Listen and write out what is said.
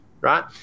right